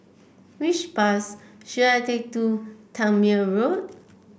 which bus should I take to Tangmere Road